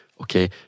Okay